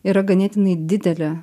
yra ganėtinai didelė